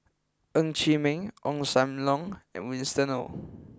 Ng Chee Meng Ong Sam Leong and Winston oh